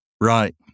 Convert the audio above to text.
Right